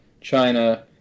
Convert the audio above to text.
China